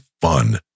fun